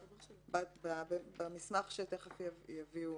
במסמך שתכף יביאו